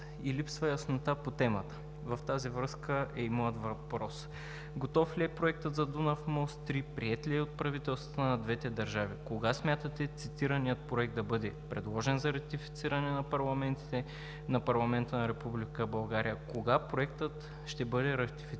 и липсва яснота по темата. В тази връзка е и моят въпрос: готов ли е проектът за Дунав мост – 3? Приет ли е от правителствата на двете държави? Кога смятате цитираният проект да бъде предложен за ратифициране на парламента на Република България? Кога проектът ще бъде ратифициран